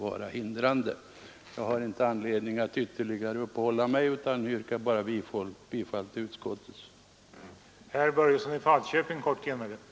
Jag har inte anledning att ytterligare uppehålla mig vid detta utan yrkar bifall till utskottets förslag.